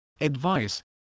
advice